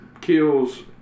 kills